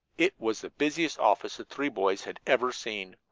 it was the busiest office the three boys had ever seen.